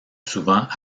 souvent